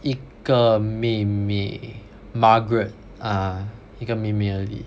一个妹妹 Margaret ah 一个一个妹妹而已